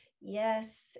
yes